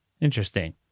interesting